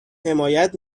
حمایت